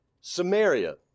Samaria